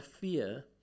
fear